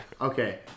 Okay